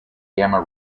gamma